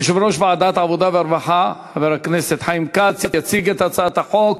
יושב-ראש ועדת העבודה והרווחה חבר הכנסת חיים כץ יציג את הצעת חוק